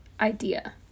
idea